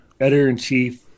Editor-in-chief